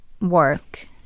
work